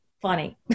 funny